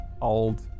old